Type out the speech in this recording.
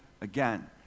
again